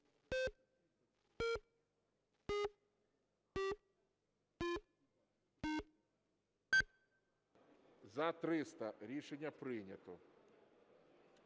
За-303 Рішення прийнято.